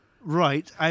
Right